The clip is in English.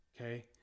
Okay